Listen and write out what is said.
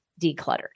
decluttered